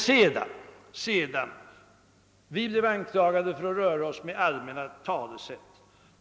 Vi har blivit anklagade för att röra oss med allmänna talesätt.